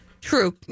true